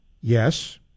Yes